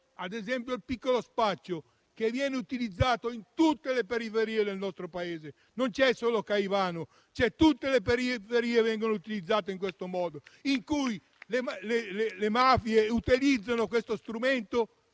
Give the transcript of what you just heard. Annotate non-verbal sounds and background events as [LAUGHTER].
ad esempio, il piccolo spaccio, che viene utilizzato in tutte le periferie del nostro Paese. Non c'è solo Caivano: tutte le periferie vengono utilizzate in questo modo. [APPLAUSE] Le mafie utilizzano questo strumento